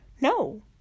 No